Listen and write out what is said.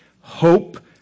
Hope